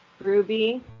Ruby